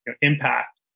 impact